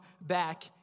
back